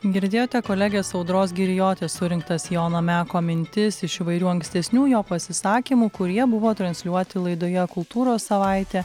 girdėjote kolegės audros girijotės surinktas jono meko mintis iš įvairių ankstesnių jo pasisakymų kurie buvo transliuoti laidoje kultūros savaitė